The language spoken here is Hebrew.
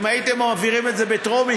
אם הייתם מעבירים את זה בטרומית,